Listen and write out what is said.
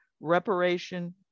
Reparation